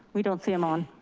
we don't see him on.